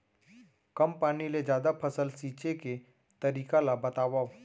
कम पानी ले जादा फसल सींचे के तरीका ला बतावव?